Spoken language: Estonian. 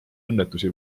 õnnetusi